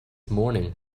morning